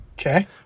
okay